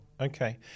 Okay